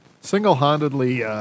Single-handedly